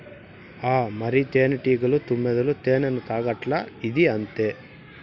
ఆ మరి, తేనెటీగలు, తుమ్మెదలు తేనెను తాగట్లా, ఇదీ అంతే